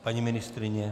Paní ministryně?